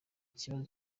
ikibazo